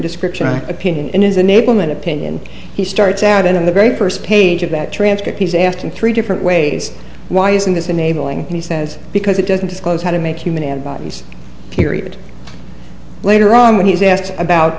description of opinion in his enablement opinion he starts out in the very first page of that transcript he's asking three different ways why isn't this enabling he says because it doesn't disclose how to make human and bodies period later on when he's asked about